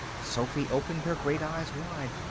sophy opened her great eyes wide.